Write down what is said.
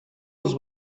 els